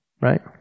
right